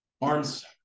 arms